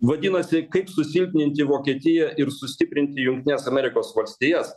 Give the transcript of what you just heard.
vadinasi kaip susilpninti vokietiją ir sustiprinti jungtines amerikos valstijas